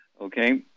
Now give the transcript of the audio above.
okay